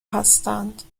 هستند